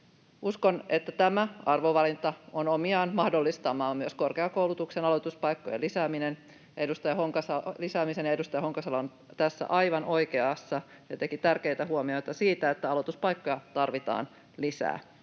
Uskon, että tämä arvovalinta on omiaan mahdollistamaan myös korkeakoulutuksen aloituspaikkojen lisäämisen. Edustaja Honkasalo on tässä aivan oikeassa ja teki tärkeitä huomioita siitä, että aloituspaikkoja tarvitaan lisää.